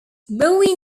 bowie